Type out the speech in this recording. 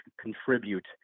contribute